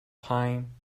time